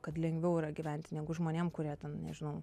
kad lengviau yra gyventi negu žmonėm kurie ten nežinau